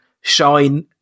shine